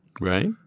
Right